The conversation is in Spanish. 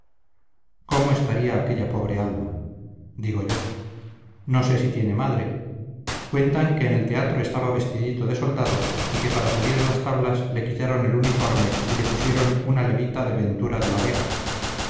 cómo estaría aquella pobre alma digo yo no sé si tiene madre cuentan que en el teatro estaba vestidito de soldado y que para salir a las tablas le quitaron el uniforme y le pusieron una levita de ventura de la vega